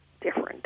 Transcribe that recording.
different